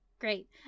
Great